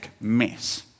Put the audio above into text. mess